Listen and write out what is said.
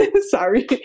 sorry